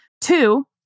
Two